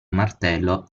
martello